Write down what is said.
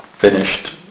finished